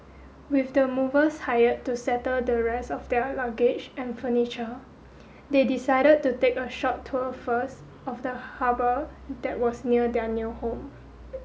with the movers hired to settle the rest of their luggage and furniture they decided to take a short tour first of the harbour that was near their new home